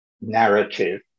narrative